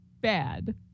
Bad